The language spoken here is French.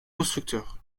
constructeur